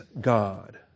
God